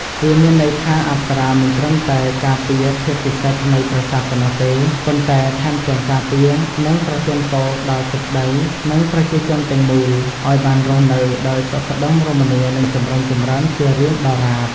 វាមានន័យថា អប្សរាមិនត្រឹមតែការពារភាពពិសិដ្ឋនៃប្រាសាទប៉ុណ្ណោះទេ ប៉ុន្តែថែមទាំង ការពារ និងប្រទានពរដល់ទឹកដី និងប្រជាជនទាំងមូល ឲ្យបានរស់នៅដោយសុខដុមរមនា និងចម្រុងចម្រើនជារៀងដរាប។